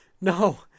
no